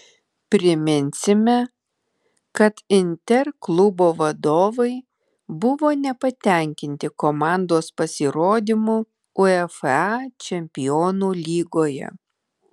priminsime kad inter klubo vadovai buvo nepatenkinti komandos pasirodymu uefa čempionų lygoje